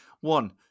One